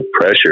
pressure